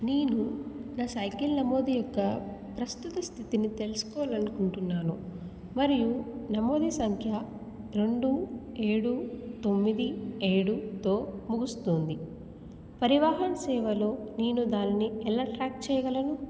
నేను నా సైకిల్ నమోదు యొక్క ప్రస్తుత స్థితిని తెలుసుకోవలనుకుంటున్నాను మరియు నమోదు సంఖ్య రెండు ఏడు తొమ్మిది ఏడుతో ముగుస్తుంది పరివాహన్ సేవలో నేను దానిని ఎలా ట్రాక్ చేయగలను